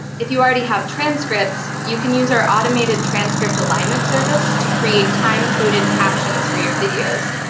if you already have transcripts, you can use our automated transcript alignment service to create time-coded captions for your videos.